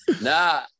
Nah